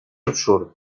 absurd